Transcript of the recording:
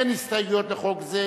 אין הסתייגויות לחוק זה,